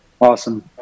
Awesome